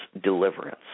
deliverance